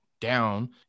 down